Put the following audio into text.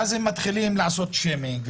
ואז הם מתחילים לעשות שיימינג,